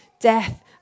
death